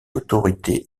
autorité